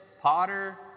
potter